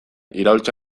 iraultza